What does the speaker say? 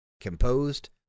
composed